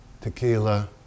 tequila